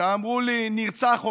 שאמרו לי: נרצח אותך,